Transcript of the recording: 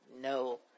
no